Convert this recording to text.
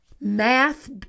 math